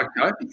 Okay